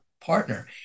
partner